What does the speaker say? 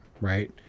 right